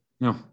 No